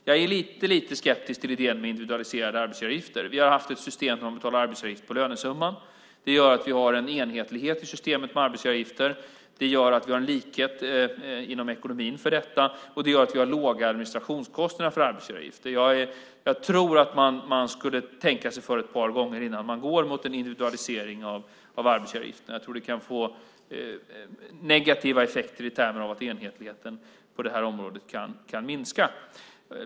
Jag är lite skeptisk till idén med individualiserade arbetsgivaravgifter. Vi har haft ett system där man betalar arbetsgivaravgift på lönesumman. Det gör att vi har en enhetlighet i systemet med arbetsgivaravgifter, en likhet inom ekonomin för detta och låga administrationskostnader för arbetsgivaravgifter. Jag tror att man ska tänka sig för ett par gånger innan man går mot en individualisering av arbetsgivaravgifterna. Det kan få negativa effekter i termer av att enhetligheten på det här området kan minska.